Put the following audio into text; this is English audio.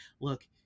look